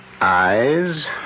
Eyes